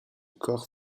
corps